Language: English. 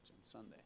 sunday